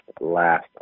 last